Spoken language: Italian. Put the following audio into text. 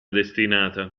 destinata